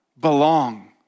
belong